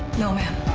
no, ma'am.